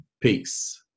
peace